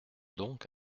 donc